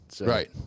Right